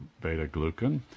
beta-glucan